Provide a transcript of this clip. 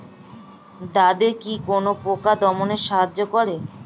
দাদেকি কোন পোকা দমনে সাহায্য করে?